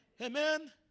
Amen